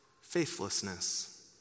faithlessness